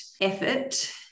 effort